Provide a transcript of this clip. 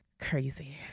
crazy